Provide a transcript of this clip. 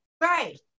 right